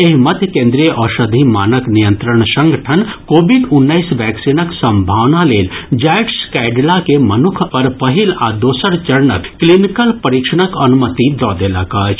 एहि मध्य केन्द्रीय औषधि मानक नियंत्रण संगठन कोविड उन्नैस वैक्सीनक सम्भावना लेल जायड्स कैडिला के मनुक्ख पर पहिल आ दोसर चरणक क्लीनिकल परीक्षणक अनुमति दऽ देलक अछि